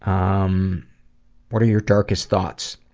um what are your darkest thoughts?